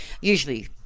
Usually